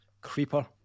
Creeper